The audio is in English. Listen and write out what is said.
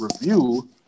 review